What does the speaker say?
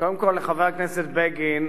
קודם כול לחבר הכנסת בגין,